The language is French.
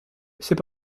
c’est